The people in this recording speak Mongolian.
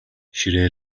ширээ